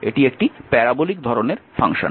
এটি একটি প্যারাবোলিক ধরনের ফাংশন